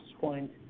point